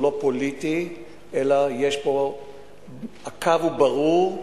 הוא לא פוליטי אלא הקו הוא ברור,